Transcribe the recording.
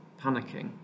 panicking